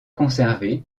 conservé